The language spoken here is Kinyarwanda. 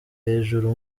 hejuru